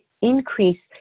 increase